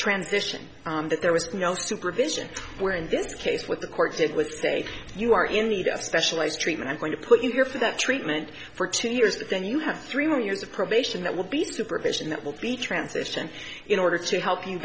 transition that there was no supervision where in this case what the court did with say you are in need of specialized treatment i'm going to put in here for that treatment for two years then you have three more years of probation that will be supervision that will be transition in order to help you